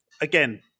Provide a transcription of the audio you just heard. again